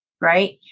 right